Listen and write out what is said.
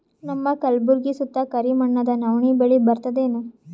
ನಮ್ಮ ಕಲ್ಬುರ್ಗಿ ಸುತ್ತ ಕರಿ ಮಣ್ಣದ ನವಣಿ ಬೇಳಿ ಬರ್ತದೇನು?